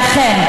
ואכן,